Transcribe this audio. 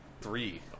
three